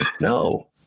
no